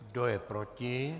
Kdo je proti?